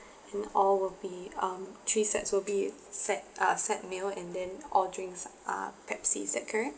in all will be um three sets will be set uh set meal and then all drinks are pepsi is that correct